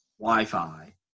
Wi-Fi